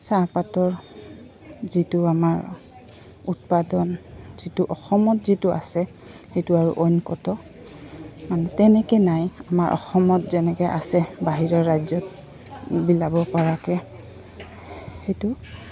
চাহপাতৰ যিটো আমাৰ উৎপাদন যিটো অসমত যিটো আছে সেইটো আৰু অইন ক'তো মানে তেনেকৈ নাই আমাৰ অসমত যেনেকৈ আছে বাহিৰৰ ৰাজ্যত বিলাব পৰাকৈ সেইটো